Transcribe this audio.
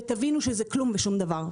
ותבינו שזה כלום ושום דבר.